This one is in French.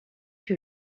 que